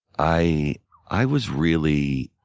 i i was really